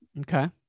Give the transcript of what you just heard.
Okay